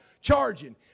charging